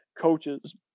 coaches